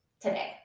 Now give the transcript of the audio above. today